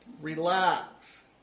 Relax